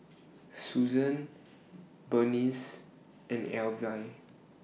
Suzann Burnice and Alvie